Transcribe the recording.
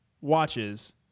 watches